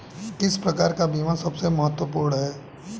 किस प्रकार का बीमा सबसे महत्वपूर्ण है?